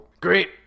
Great